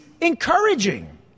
encouraging